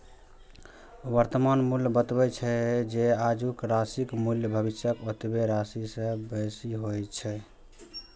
वर्तमान मूल्य बतबै छै, जे आजुक राशिक मूल्य भविष्यक ओतबे राशि सं बेसी होइ छै